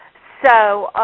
so,